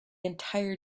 entire